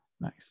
Nice